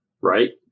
right